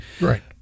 right